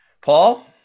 Paul